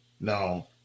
Now